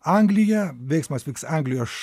anglija veiksmas vyks anglijoš